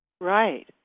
Right